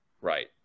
Right